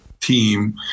team